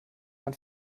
man